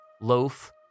loaf